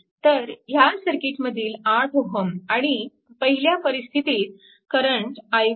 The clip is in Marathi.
तर ह्या सर्किटमधील 8Ω आणि पहिल्या परिस्स्थितीत करंट i1 आहे